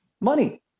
Money